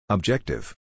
Objective